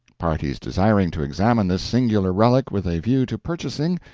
parties desiring to examine this singular relic with a view to purchasing,